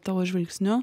tavo žvilgsniu